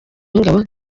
w’ingabo